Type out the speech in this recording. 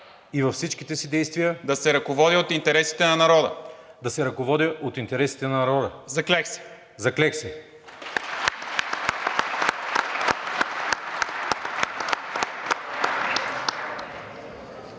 и във всичките си действия да се ръководя от интересите на народа. Заклех се!“